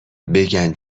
بگن